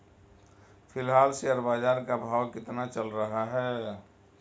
फिलहाल शेयर बाजार का भाव कितना चल रहा है?